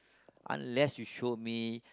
unless you show me